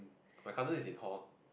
my cousin is in hall